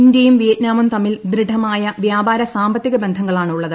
ഇന്ത്യയും വിയ്റ്റ്നാ്മും തമ്മിൽ ദൃഢമായ വ്യാപാര സാമ്പത്തിക ബന്ധങ്ങളാണ് ഉള്ളത്